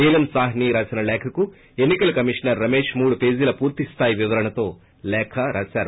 నీలం సాహ్ని రాసిన లేఖకు ఎన్స్ కల కమిషనర్ రమేశ్ మూడు పేజీల పూర్తి స్తాయి వివరణతో లేఖ రాశారు